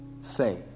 say